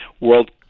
World